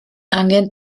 angen